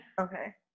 Okay